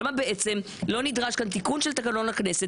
למה בעצם לא נדרש כאן תיקון של תקנון הכנסת,